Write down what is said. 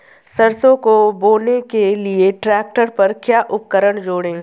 सरसों को बोने के लिये ट्रैक्टर पर क्या उपकरण जोड़ें?